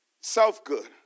self-good